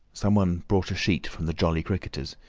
someone brought a sheet from the jolly cricketers,